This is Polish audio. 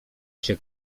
się